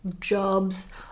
jobs